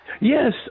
Yes